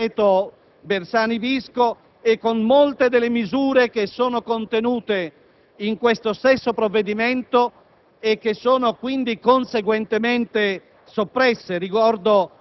Era un principio affermato nello Statuto del contribuente e che poi è stato sistematicamente violato dall'attuale Governo